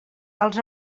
els